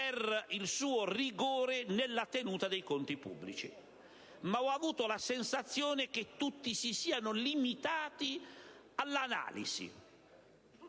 il suo rigore nella tenuta dei conti pubblici. Ma ho avuto la sensazione che tutti si siano limitati all'analisi.